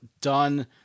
done